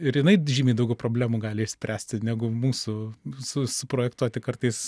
ir jinai žymiai daugiau problemų gali išspręsti negu mūsų su suprojektuoti kartais